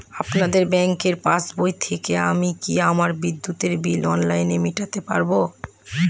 আপনাদের ব্যঙ্কের পাসবই থেকে আমি কি আমার বিদ্যুতের বিল অনলাইনে মেটাতে পারবো?